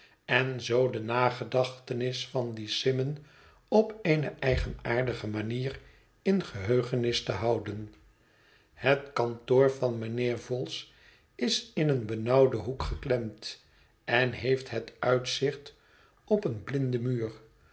en zoo de nagedachtenis van dien symond op eene eigenaardige manier in geheugenis te houden het kantoor van mijnheer vholes is in een benauwden hoek geklemd en heeft het uitzicht op een blinden muur